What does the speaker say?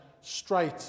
straight